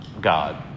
God